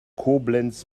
koblenz